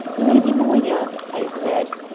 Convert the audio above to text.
lady moya, i said,